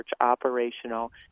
operational